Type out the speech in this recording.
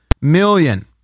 million